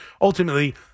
ultimately